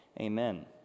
Amen